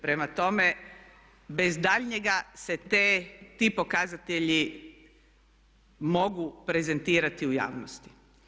Prema tome bez daljnjega se ti pokazatelji mogu prezentirati u javnosti.